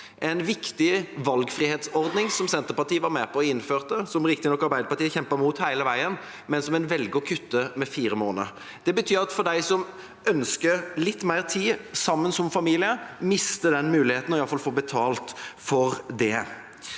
en viktig valgfrihetsordning som Senterpartiet var med på å innføre – som Arbeiderpartiet riktignok kjempet imot hele veien – men som en velger å kutte med fire måneder. Det betyr at de som ønsker litt mer tid sammen som familie, mister muligheten for i alle fall å få betalt for det.